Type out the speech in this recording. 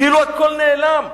כאילו הכול נעלם.